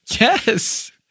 Yes